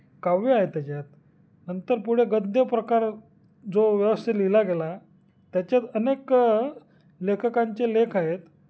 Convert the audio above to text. काव्य आहेत त्याच्यात नंतर पुढे गद्य प्रकार जो व्यवस्थित लिहिला गेला त्याच्यात अनेक लेखकांचे लेख आहेत